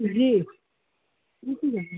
जी